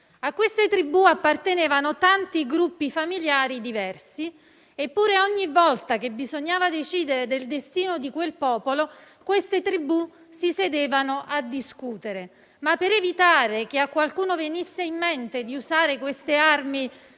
A quelle tribù appartenevano tanti gruppi familiari diversi; eppure, ogni volta che bisognava decidere del destino di quel popolo, quelle tribù si sedevano a discutere. Per evitare che a qualcuno venisse in mente di usare quelle armi